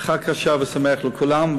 חג כשר ושמח לכולם.